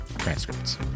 Transcripts